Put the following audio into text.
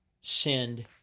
send